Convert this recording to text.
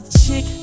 chick